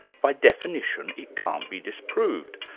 by definition, it can't be disproved.